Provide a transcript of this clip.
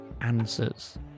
answers